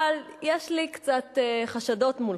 אבל יש לי קצת חשדות מולכם.